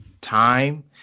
time